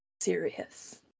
serious